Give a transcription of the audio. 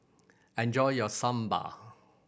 enjoy your Sambar